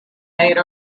made